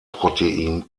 protein